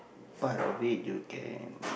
part of it you can